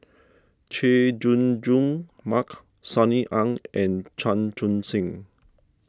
Chay Jung Jun Mark Sunny Ang and Chan Chun Sing